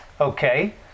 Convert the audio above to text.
Okay